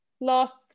last